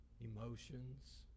Emotions